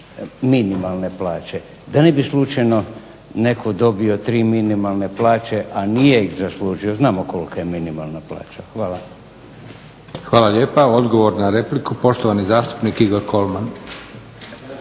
minimalne plaće, da ne bi slučajno netko dobio tri minimalne plaće, a nije ih zaslužio. Znamo kolika je minimalna plaća. Hvala. **Leko, Josip (SDP)** Hvala lijepa. Odgovor na repliku poštovani zastupnik Igor KOlman.